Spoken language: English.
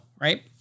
Right